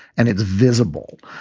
and it's visible.